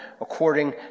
according